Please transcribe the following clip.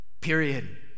period